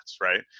right